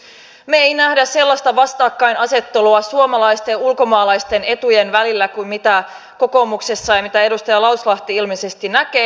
me emme näe sellaista vastakkainasettelua suomalaisten ja ulkomaalaisten etujen välillä kuin mitä nähdään kokoomuksessa ja mitä edustaja lauslahti ilmeisesti näkee